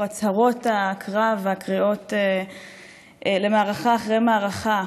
הצהרות הקרב והקריאות למערכה אחרי מערכה.